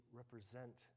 represent